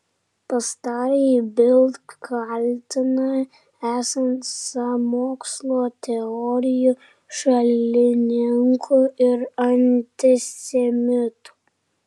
pastarąjį bild kaltina esant sąmokslo teorijų šalininku ir antisemitu